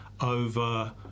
over